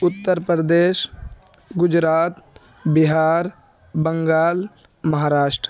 Uttar Pradesh Gujarat Bihar Bengal Maharashtra